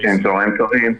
צוהריים טובים.